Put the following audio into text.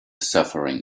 suffering